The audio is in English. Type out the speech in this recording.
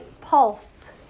pulse